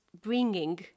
bringing